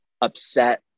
upset